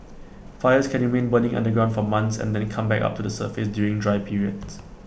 fires can remain burning underground for months and then come back up to the surface during dry periods